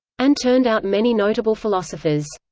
and turned out many notable philosophers.